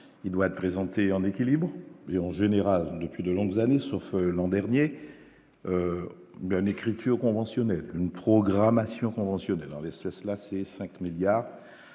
il doit être présenté en équilibre en général depuis de longues années, sauf l'an dernier, bien écriture conventionnel, une programmation conventionnel dans l'espace, la c'est 5 milliards